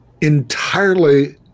entirely